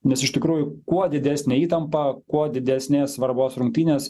nes iš tikrųjų kuo didesnė įtampa kuo didesnės svarbos rungtynės